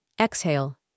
Exhale